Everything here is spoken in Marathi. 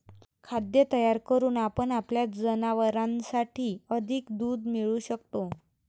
खाद्य तयार करून आपण आपल्या जनावरांसाठी अधिक दूध मिळवू शकतो